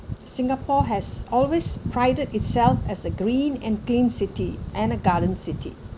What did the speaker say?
singapore has always prided itself as a green and clean city and a garden city